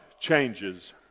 changes